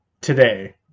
today